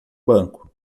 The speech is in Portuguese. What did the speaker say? banco